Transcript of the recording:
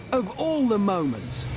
of all the moments.